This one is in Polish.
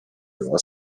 była